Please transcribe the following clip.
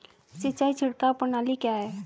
सिंचाई छिड़काव प्रणाली क्या है?